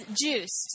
juiced